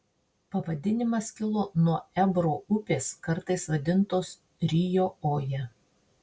pavadinimas kilo nuo ebro upės kartais vadintos rio oja